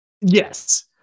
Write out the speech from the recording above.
Yes